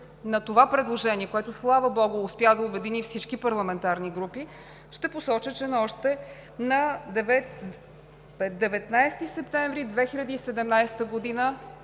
на това предложение, което успя да обедини всички парламентарни групи, ще посоча, че още на 19 септември 2017 г.